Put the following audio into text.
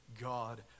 God